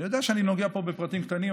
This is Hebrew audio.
אני יודע שאני נוגע פה בפרטים קטנים,